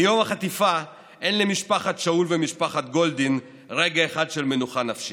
מיום החטיפה אין למשפחת שאול ולמשפחת גולדין רגע אחד של מנוחה נפשית.